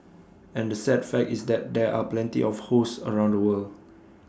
and the sad fact is that there are plenty of hosts around the world